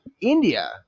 india